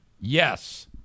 Yes